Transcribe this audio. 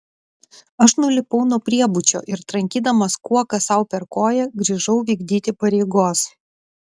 aš nulipau nuo priebučio ir trankydamas kuoka sau per koją grįžau vykdyti pareigos